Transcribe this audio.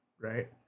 Right